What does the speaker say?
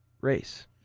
race